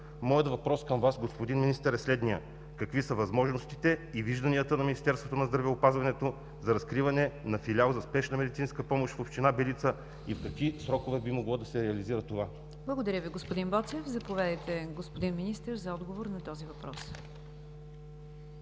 Моят въпрос към Вас, господин Министър, е следният: какви са възможностите и вижданията на Министерството на здравеопазването за разкриване на филиал за спешна медицинска помощ в община Белица и в какви срокове би могло да се реализира това? ПРЕДСЕДАТЕЛ НИГЯР ДЖАФЕР: Благодаря Ви, господин Боцев. Заповядайте, господин Министър, за отговор на този въпрос.